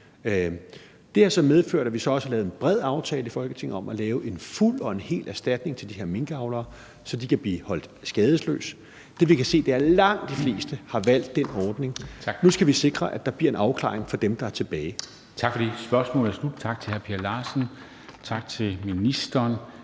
Det har så medført, at vi har lavet en bred aftale i Folketinget om at lave en fuld og hel erstatning til de her minkavlere, så de kan blive holdt skadesløse. Det, vi kan se, er, at langt de fleste har valgt den ordning. Nu skal vi sikre, at der bliver en afklaring for dem, der er tilbage. Kl. 13:19 Formanden (Henrik Dam Kristensen): Tak for det.